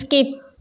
skip